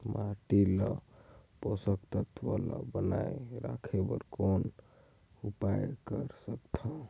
माटी मे पोषक तत्व ल बनाय राखे बर कौन उपाय कर सकथव?